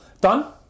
done